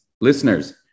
listeners